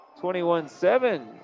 21-7